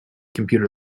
computer